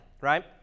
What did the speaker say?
right